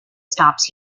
stops